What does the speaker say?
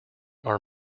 are